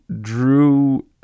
drew